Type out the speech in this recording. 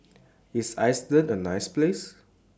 IS Iceland A nice Place